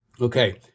Okay